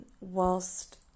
whilst